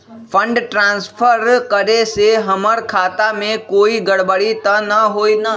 Fund transfer करे से हमर खाता में कोई गड़बड़ी त न होई न?